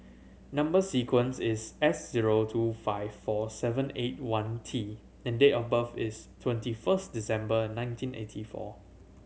number sequence is S zero two five four seven eight one T and date of birth is twenty first December nineteen eighty four